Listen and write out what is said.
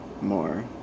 more